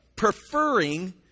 preferring